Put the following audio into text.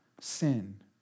sin